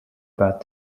about